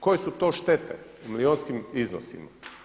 Koje su to štete u milijunskim iznosima.